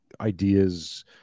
ideas